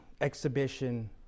exhibition